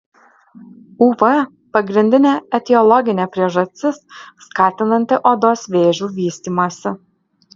uv pagrindinė etiologinė priežastis skatinanti odos vėžių vystymąsi